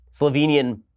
Slovenian